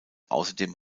außerdem